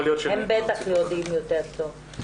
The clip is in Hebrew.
הם בטח יודעים יותר טוב.